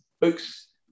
books